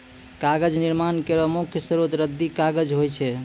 कागज निर्माण केरो मुख्य स्रोत रद्दी कागज होय छै